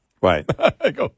Right